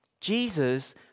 Jesus